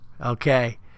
okay